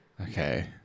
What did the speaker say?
Okay